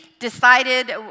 decided